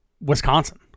Wisconsin